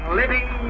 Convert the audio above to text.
living